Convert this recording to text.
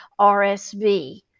RSV